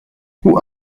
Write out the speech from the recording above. hoe